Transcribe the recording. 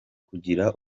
kugira